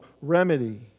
remedy